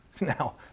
Now